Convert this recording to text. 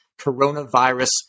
Coronavirus